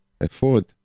afford